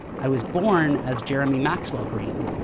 i was born as jeremy maxwell green.